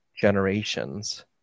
generations